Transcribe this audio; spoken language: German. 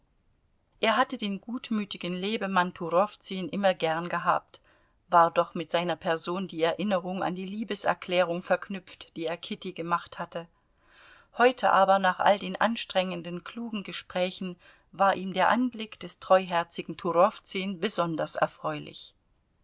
er hatte den gutmütigen lebemann turowzün immer gern gehabt war doch mit seiner person die erinnerung an die liebeserklärung verknüpft die er kitty gemacht hatte heute aber nach all den anstrengenden klugen gesprächen war ihm der anblick des treuherzigen turowzün besonders erfreulich